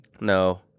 No